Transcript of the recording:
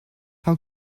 how